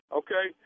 okay